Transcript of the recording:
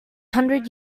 hundred